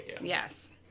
Yes